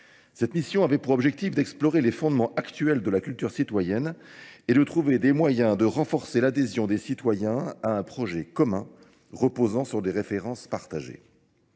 Cette mission avait pour objectif d'explorer les fondements actuels de la culture citoyenne et de trouver des moyens de renforcer l'adhésion des citoyens à un projet commun reposant sur des références partagées.